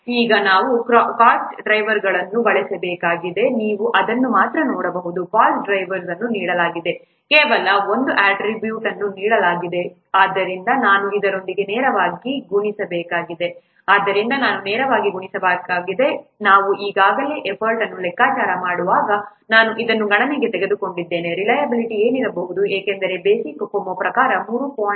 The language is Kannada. ಈಗ ನಾವು ಕಾಸ್ಟ್ ಡ್ರೈವರ್ಸ್ಗಳನ್ನು ಬಳಸಬೇಕಾಗಿದೆ ನೀವು ಅದನ್ನು ಮಾತ್ರ ನೋಡಬಹುದು ಕಾಸ್ಟ್ ಡ್ರೈವರ್ಸ್ ಅನ್ನು ನೀಡಲಾಗಿದೆ ಕೇವಲ ಒಂದು ಅಟ್ರಿಬ್ಯೂಟ್ ಅನ್ನು ನೀಡಲಾಗಿದೆ ಆದ್ದರಿಂದ ನಾನು ಇದರೊಂದಿಗೆ ನೇರವಾಗಿ ಗುಣಿಸಬೇಕಾಗಿದೆ ಆದ್ದರಿಂದ ನಾನು ನೇರವಾಗಿ ಗುಣಿಸಬೇಕಾಗಿದೆ ನಾವು ಈಗಾಗಲೇ ಎಫರ್ಟ್ಅನ್ನು ಲೆಕ್ಕಾಚಾರ ಮಾಡುವಾಗ ನಾನು ಇದನ್ನು ಗಣನೆಗೆ ತೆಗೆದುಕೊಂಡಿದ್ದೇನೆ ರಿಲಯಬಿಲಿಟಿ ಏನಿರಬಹುದು ಏಕೆಂದರೆ ಬೇಸಿಕ್ COCOMO ಪ್ರಕಾರ 3